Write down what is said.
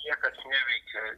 niekas neveikia